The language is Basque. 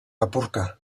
apurka